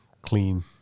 clean